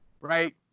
right